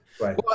Right